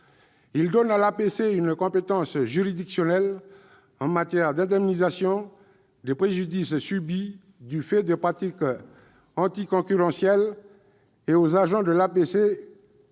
Il donne à l'APC une compétence juridictionnelle en matière d'indemnisation des préjudices subis du fait de pratiques anticoncurrentielles. Il attribue aux agents de l'APC un